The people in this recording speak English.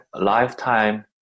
lifetime